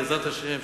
בעזרת השם,